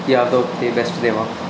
ਕਿ ਆਪਦਾ ਉੱਥੇ ਬੈਸਟ ਦੇਵਾਂ